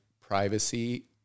privacy